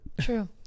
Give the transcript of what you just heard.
True